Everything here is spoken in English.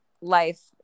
life